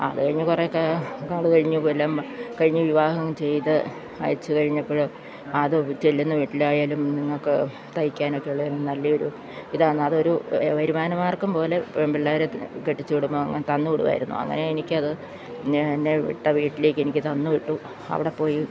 അത് കഴിഞ്ഞ് കുറേയൊക്കെ നാൾ കഴിഞ്ഞു കൊല്ലം കഴിഞ്ഞു വിവാഹം ചെയ്ത് അയച്ചു കഴിഞ്ഞപ്പോൾ അത് ചെല്ലുന്ന വീട്ടിലായാലും നിങ്ങൾക്ക് തയ്ക്കാനൊക്കെ ഉള്ള നല്ല ഒരു ഇതാണ് അതൊരു വരുമാനമാർഗ്ഗം പോലെ പെമ്പിള്ളേരെ കെട്ടിച്ചു വിടുമ്പോൾ അങ്ങനെ തന്നു വിടുമായിരുന്നു അങ്ങനെ എനിക്കത് എന്നെ വിട്ട വീട്ടിലേക്ക് എനിക്ക് തന്നു വിട്ടു അവിടെപ്പോയി